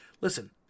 Listen